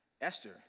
Esther